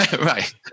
Right